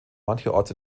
mancherorts